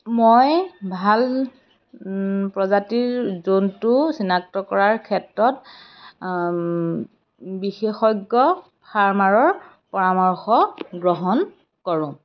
মই ভাল প্ৰজাতিৰ জন্তু চিনাক্ত কৰাৰ ক্ষেত্ৰত বিশেষজ্ঞ ফাৰ্মাৰৰ পৰামৰ্শ গ্ৰহণ কৰোঁ